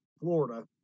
Florida